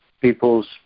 people's